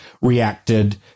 reacted